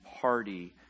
party